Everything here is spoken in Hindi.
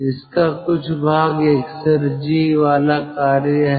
इसका कुछ भाग एक्सेरजी वाला कार्य है